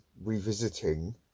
revisiting